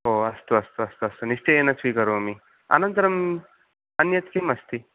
ओ अस्तु अस्तु अस्तु निश्चयेन स्वीकरोमि अनन्तरम् अन्यत् किमस्ति